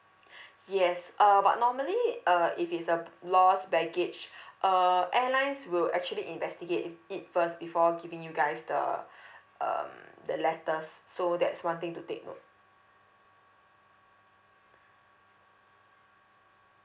yes uh but normally uh if it's a lost baggage uh airlines will actually investigate it first before giving you guys the um the letters so that's one thing to take note